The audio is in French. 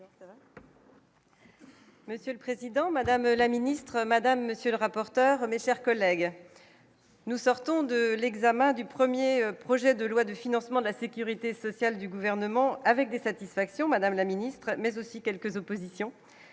Monsieur le Président, Madame la ministre, madame, monsieur le rapporteur, mes chers collègues, nous sortons de l'examen du 1er projet de loi de financement de la Sécurité sociale du gouvernement avec des satisfactions Madame la ministre, mais aussi quelques oppositions